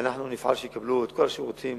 ואנחנו נפעל שיקבלו את כל השירותים